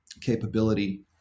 capability